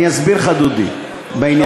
אני אסביר לך, דודי, בעניין הזה.